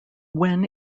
when